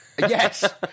Yes